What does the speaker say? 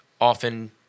often